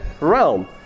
realm